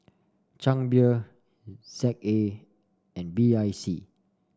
Chang Beer Z A and B I C